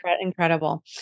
incredible